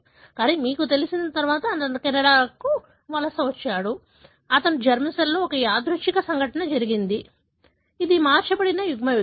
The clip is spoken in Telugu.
కానీ మీకు తెలిసిన తరువాత అతను కెనడాకు వలస వచ్చాడు అతని జెర్మ్ సెల్లో ఒక యాదృచ్ఛిక సంఘటన జరిగింది ఇది మార్చబడిన యుగ్మ వికల్పం